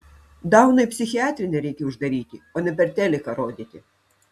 dauną į psichiatrinę reikia uždaryti o ne per teliką rodyti